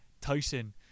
Tyson